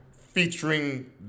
featuring